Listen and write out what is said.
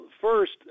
first